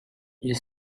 you